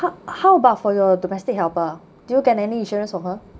how about for your domestic helper do you get any insurance for her